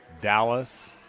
Dallas